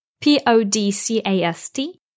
P-O-D-C-A-S-T